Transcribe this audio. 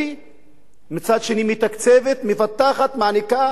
ומצד שני מתקצבת, מפתחת, מעניקה, משקיעה,